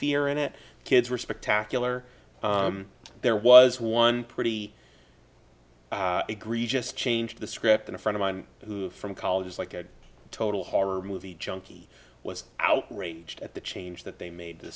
fear in it kids were spectacular there was one pretty egregious change the script in a friend of mine from college is like a total horror movie junkie was outraged at the change that they made t